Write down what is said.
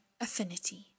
affinity